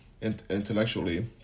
intellectually